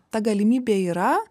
ta galimybė yra